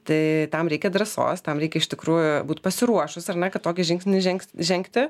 tai tam reikia drąsos tam reikia iš tikrųjų būti pasiruošus ar ne kad tokį žingsnį žengsi žengti